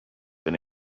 been